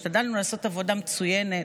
השתדלנו לעשות עבודה מצוינת.